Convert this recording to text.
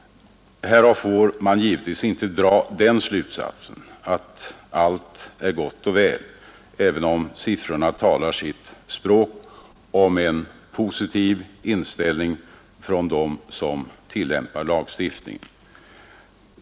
Härav får man givetvis inte dra den slutsatsen att allt är gott och väl, även om siffrorna talar sitt tydliga språk om en positiv inställning ifrån dem som tillämpar lagstiftningen.